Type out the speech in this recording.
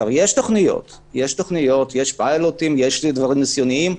יש תוכניות, יש פילוטים, יש דברים ניסיוניים.